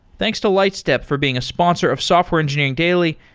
thanks to lightstep for being a sponsor of software engineering daily,